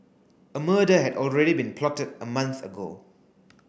a murder had already been plotted a month ago